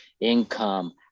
income